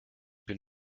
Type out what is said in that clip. bin